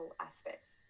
aspects